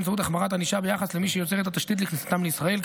באמצעות החמרת הענישה ביחס למי שיוצר את התשתית לכניסתם לישראל,